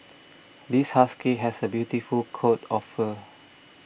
this husky has a beautiful coat of fur